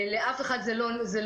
לאף אחד זה לא נוח,